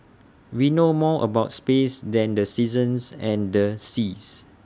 we know more about space than the seasons and the seas